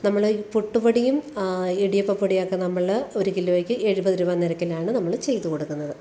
നമ്മൾ ഈ പുട്ട്പൊടിയും ഇടിയപ്പപ്പൊടിയൊക്കെ നമ്മൾ ഒരു കിലോയ്ക്ക് എഴുപത് രൂപ നിരക്കിലാണ് നമ്മൾ ചെയ്ത് കൊടുക്കുന്നത്